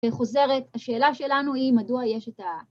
וחוזרת השאלה שלנו היא מדוע יש את ה...